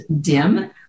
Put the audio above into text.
DIM